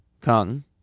Kung